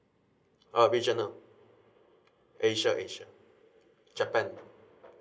uh regional asia asia japan